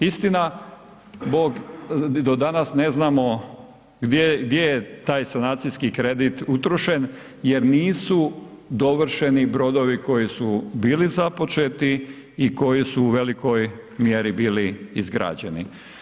Istinabog do danas ne znamo gdje je taj sanacijski kredit utrošen jer nisu dovršeni brodovi koji su bili započeti i koji su u velikoj mjeri bili izgrađeni.